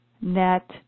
net